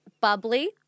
bubbly